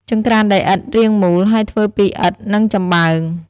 ចង្រ្កានដីមានរាងមូល ហើយធ្វើពីឥដ្ឋ និងចំបើង ។